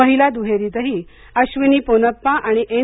महिला दुहेरीतही अश्विनी पोनप्पा आणि एन